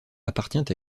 appartient